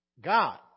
God